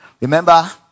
remember